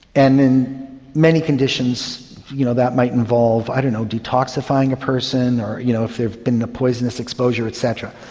and in many conditions you know that might involve, i don't know, detoxifying a person or you know if they've been in a poisonous exposure et cetera.